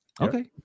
Okay